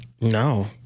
No